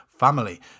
Family